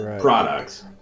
products